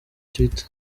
twitter